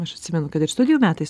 aš atsimenu kad ir studijų metais